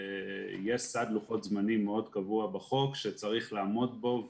יש סד לוחות זמנים מאוד קבוע בחוק שצריך לעמוד בו,